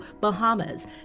Bahamas